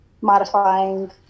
modifying